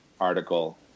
article